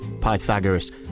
Pythagoras